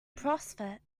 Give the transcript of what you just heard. prophet